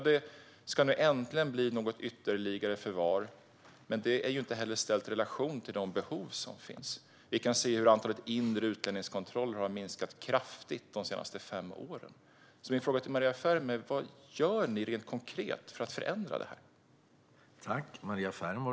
Det ska nu äntligen bli något ytterligare förvar, men det är inte heller ställt i relation till de behov som finns. Vi kan se hur antalet inre utlänningskontroller har minskat kraftigt de senaste fem åren. Min fråga till Maria Ferm är: Vad gör ni rent konkret för att förändra det här?